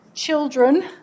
children